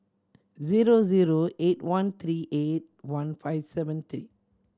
zero zero eight one three eight one five seven three